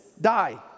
die